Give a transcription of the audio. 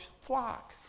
flock